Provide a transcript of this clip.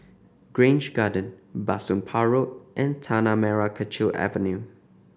Grange Garden Bah Soon Pah Road and Tanah Merah Kechil Avenue